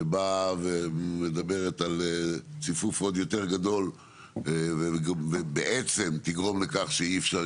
שבאה ומדברת על ציפוף עוד יותר גדול ובעצם תגרום לכך שאי אפשר